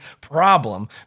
problem